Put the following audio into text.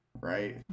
Right